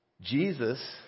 Jesus